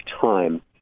time